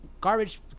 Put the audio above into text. garbage